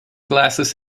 glasses